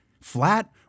flat